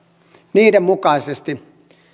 niiden mukaisesti